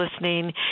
listening